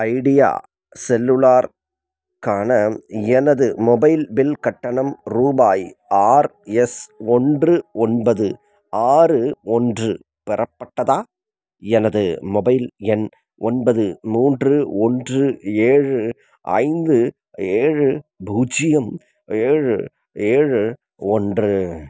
idea செல்லுலார்க்கான எனது mobile bill கட்டணம் ரூபாய் ஆர்எஸ் ஒன்று ஒன்பது ஆறு ஒன்று பெறப்பட்டதா எனது மொபைல் எண் ஒன்பது மூன்று ஒன்று ஏழு ஐந்து ஏழு பூஜ்ஜியம் ஏழு ஏழு ஒன்று